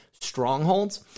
strongholds